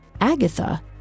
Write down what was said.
Agatha